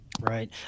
Right